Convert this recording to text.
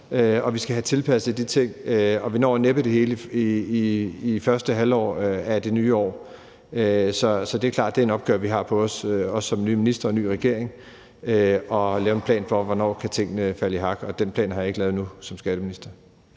at vi skal have tilpasset de ting. Vi når næppe det hele i løbet af første halvår af det nye år. Det er klart, at det er en opgave, vi har foran os, også som nye ministre og ny regering, altså at lave en plan for, hvornår tingene kan falde i hak, og den plan har jeg endnu ikke lavet som skatteminister.